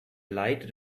light